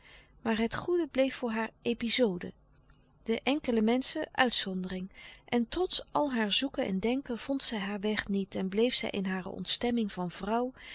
maar het goede bleef voor haar epizode de enkele menschen uitzondering en trots al haar zoeken en denken vond zij haar weg niet en zij bleef in louis couperus de stille kracht hare ontstemming van vrouw